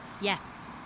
Yes